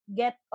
get